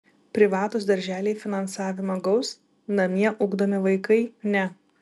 privatūs darželiai finansavimą gaus namie ugdomi vaikai ne